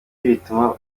bituma